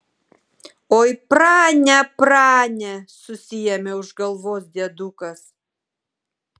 oi prane prane susiėmė už galvos diedukas